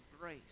grace